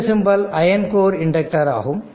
இந்த symbol iron core inductor ஆகும்